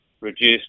reduced